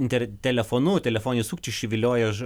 inter telefonu telefoniniai sukčiai išviliojo